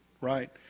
Right